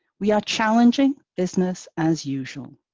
we are challenging business as usual.